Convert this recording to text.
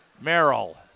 Merrill